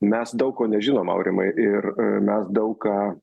mes daug ko nežinom aurimai ir mes daug ką